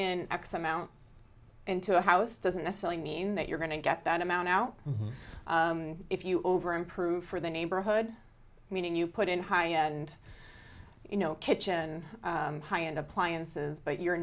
in x amount into a house doesn't necessarily mean that you're going to get that amount out if you over improve for the neighborhood meaning you put in high end you know kitchen high end appliances but your